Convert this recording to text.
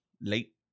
late